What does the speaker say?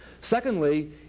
Secondly